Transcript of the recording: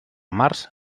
març